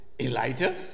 Elijah